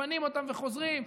מפנים אותם וחוזרים.